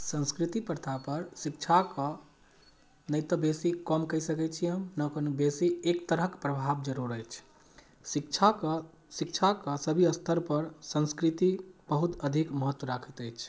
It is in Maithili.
सांस्कृतिक प्रथापर शिक्षाके ने तऽ बेसी काम कहि सकै छी हम ने कोनो बेसी एक तरहक प्रभाव जरुर अछि शिक्षाके शिक्षाके सभी स्तरपर संस्कृति बहुत अधिक महत्व राखैत अछि